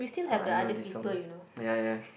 uh I know this song ya ya